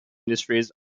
industries